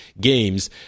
games